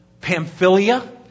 Pamphylia